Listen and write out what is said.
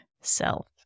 self